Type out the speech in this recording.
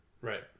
Right